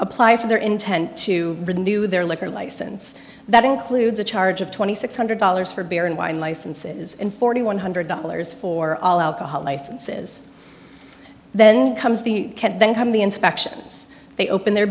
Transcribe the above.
apply for their intent to renew their liquor license that includes a charge of twenty six hundred dollars for beer and wine licenses and forty one hundred dollars for all alcohol licenses then comes the can then come the inspections they open their